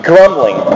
Grumbling